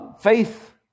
faith